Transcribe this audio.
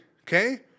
okay